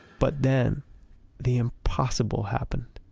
but then the impossible happened.